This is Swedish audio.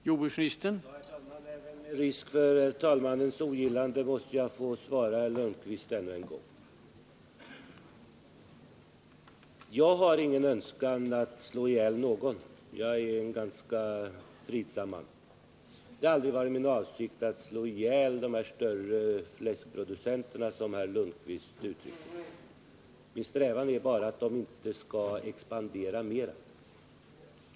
Herr talman! Med risk för talmannens ogillande måste jag få svara herr Lundkvist ännu en gång. Jag har ingen önskan att slå ihjäl någon. Jag är en ganska fridsam man. Det har aldrig varit min avsikt att slå ihjäl de större fläskproducenterna, som herr Lundkvist uttryckte det. Min strävan är bara att de inte skall expandera mer.